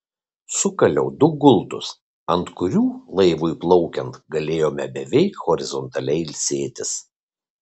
sukaliau du gultus ant kurių laivui plaukiant galėjome beveik horizontaliai ilsėtis